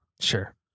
Sure